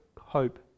hope